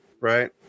Right